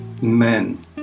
men